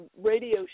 radio